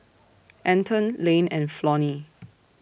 Anton Lane and Flonnie